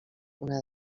una